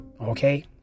okay